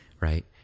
right